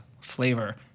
flavor